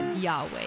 Yahweh